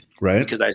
Right